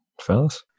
fellas